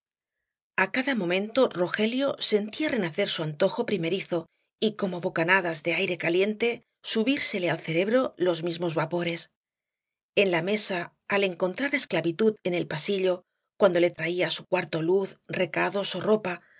a cada momento rogelio sentía renacer su antojo primerizo y como bocanadas de aire caliente subírsele al cerebro los mismos vapores en la mesa al encontrar á esclavitud en el pasillo cuando le traía á su cuarto luz recados ó ropa